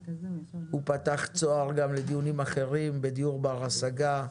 הוא פתח צוהר גם לדיונים אחרים על דיור בר-השגה,